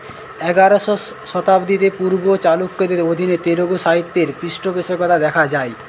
এগারোশো শতাব্দীতে পূর্বীয় চালুক্যদের অধীনে তেলুগু সাহিত্যের পৃষ্ঠপোষকতা দেখা যায়